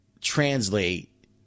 translate